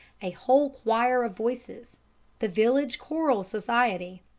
a whole choir of voices the village choral society.